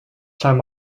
time